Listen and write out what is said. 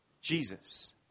Jesus